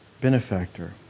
benefactor